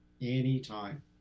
anytime